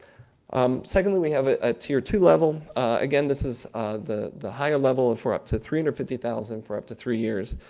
um secondly, we have a tier two level. again, this is the the higher level, and for up to three hundred and fifty thousand for up to three years.